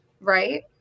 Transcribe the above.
right